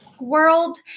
world